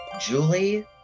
Julie